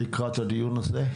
לקראת הדיון הזה,